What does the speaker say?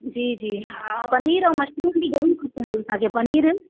जी जी हा पनीर ऐं मशरूम बि ज़रूरु खपंदो असांखे पनीर